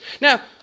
Now